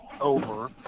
over